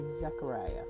Zechariah